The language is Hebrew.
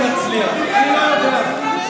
תזמין אותו.